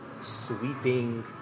sweeping